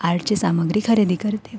आर्टची सामग्री खरेदी करते